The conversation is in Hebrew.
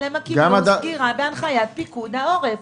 אבל הם קיבלו צו סגירה בהנחיית פיקוד העורף.